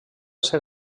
ser